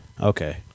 Okay